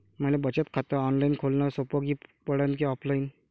मले बचत खात ऑनलाईन खोलन सोपं पडन की ऑफलाईन?